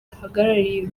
bihagarariye